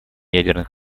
ядерных